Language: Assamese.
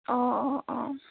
অঁ অঁ অঁ